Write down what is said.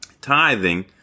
Tithing